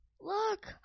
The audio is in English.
Look